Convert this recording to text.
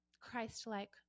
Christ-like